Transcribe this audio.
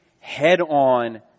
head-on